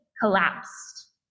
collapsed